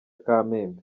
kamembe